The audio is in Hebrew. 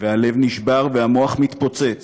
הלב נשבר והמוח מתפוצץ